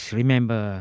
remember